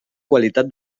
qualitat